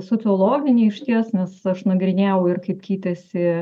sociologinė išties nes aš nagrinėjau ir kaip keitėsi